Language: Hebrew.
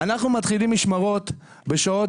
אנחנו מתחילים משמרות בשעות,